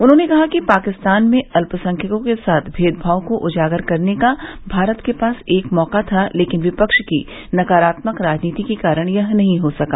उन्होंने कहा कि पाकिस्तान में अत्यसंख्यकों के साथ नेदभाव को उजागर करने का भारत के पास एक मौका था लेकिन विपक्ष की नकारात्मक राजनीति के कारण यह नहीं हो सका